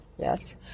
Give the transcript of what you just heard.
Yes